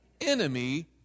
enemy